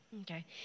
Okay